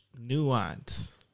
nuance